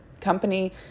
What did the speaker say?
company